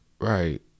Right